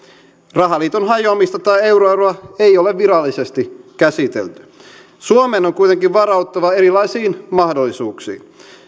rahaliiton hajoamista tai euroeroa ei ole virallisesti käsitelty suomen on kuitenkin varauduttava erilaisiin mahdollisuuksiin